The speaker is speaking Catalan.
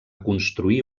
construir